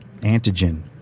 antigen